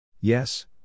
Yes